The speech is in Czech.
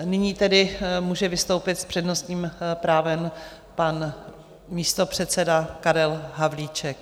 Nyní tedy může vystoupit s přednostním právem pan místopředseda Karel Havlíček.